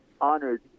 honored